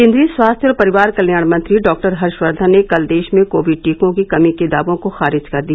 केन्द्रीय स्वास्थ्य और परिवार कल्याण मंत्री डॉक्टर हर्षवर्धन ने कल देश में कोविड टीकों की कमी के दावों को खारिज कर दिया